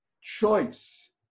Choice